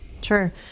Sure